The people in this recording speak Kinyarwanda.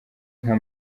nka